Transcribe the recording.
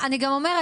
אני גם אומרת,